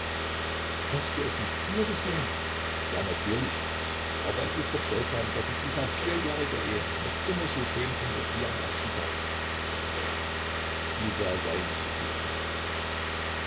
hast du es nicht früher gesehen ja natürlich aber es ist doch seltsam daß ich dich nach einer vierjährigen ehe noch immer so schön finde wie am ersten tage isa sah ihn glücklich an